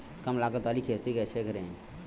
कम लागत वाली खेती कैसे करें?